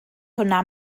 hwnna